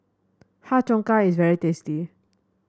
Har Cheong Gai is very tasty